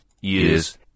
years